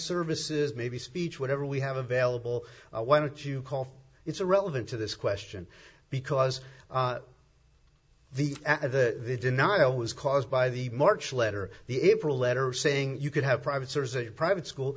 services maybe speech whatever we have available why don't you call it's irrelevant to this question because the at the denial was caused by the march letter the april letter saying you could have private source a private school